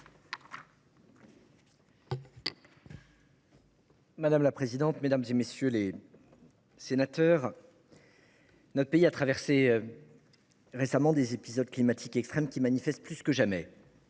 Madame la présidente, mesdames, messieurs les sénateurs, notre pays a traversé récemment des épisodes climatiques extrêmes par lesquels se manifestent plus que jamais